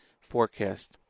forecast